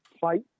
fight